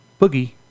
Boogie